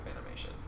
animation